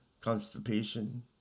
constipation